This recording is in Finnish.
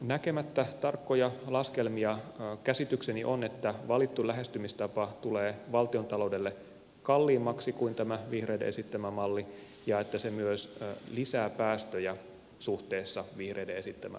näkemättä tarkkoja laskelmia käsitykseni on että valittu lähestymistapa tulee valtiontaloudelle kalliimmaksi kuin tämä vihreiden esittämä malli ja että se myös lisää päästöjä suhteessa vihreiden esittämään malliin